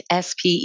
SPE